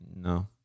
No